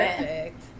perfect